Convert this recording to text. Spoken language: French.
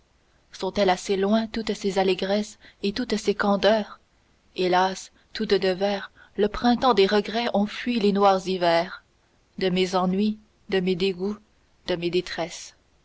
sont-elles assez loin toutes ces allégresses et toutes ces candeurs hélas toutes devers le printemps des regrets ont fui les noirs hivers de mes ennuis de mes dégoûts de mes détresses